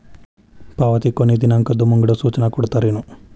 ಪಾವತಿ ಕೊನೆ ದಿನಾಂಕದ್ದು ಮುಂಗಡ ಸೂಚನಾ ಕೊಡ್ತೇರೇನು?